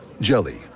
Jelly